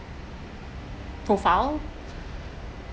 profile